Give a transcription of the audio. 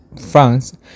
France